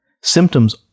Symptoms